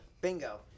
Bingo